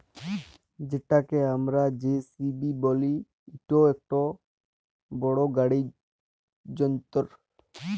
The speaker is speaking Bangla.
যেটকে আমরা জে.সি.বি ব্যলি ইট ইকট বড় গাড়ি যল্তর